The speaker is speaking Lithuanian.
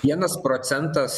vienas procentas